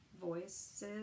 voices